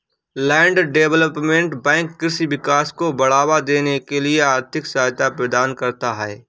land development bank कृषि विकास को बढ़ावा देने के लिए आर्थिक सहायता प्रदान करता है